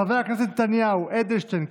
חברי הכנסת בנימין נתניהו, יולי יואל אדלשטין,